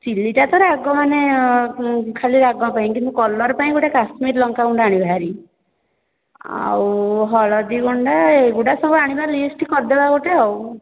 ଚିଲିଟା ତ ରାଗ ମାନେ ଖାଲି ରାଗ ପାଇଁ କିନ୍ତୁ କଲର ପାଇଁ ଗୋଟେ କାଶ୍ମୀର ଲଙ୍କାଗୁଣ୍ଡ ଆଣିବା ହାରି ଆଉ ହଳଦୀଗୁଣ୍ଡ ଏଗୁଡ଼ା ସବୁ ଆଣିବା ଲିଷ୍ଟ କରିଦେବା ଗୋଟେ ଆଉ